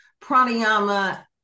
pranayama